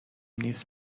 نیست